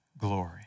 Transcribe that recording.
glory